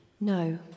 No